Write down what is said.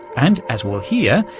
and, as we'll hear,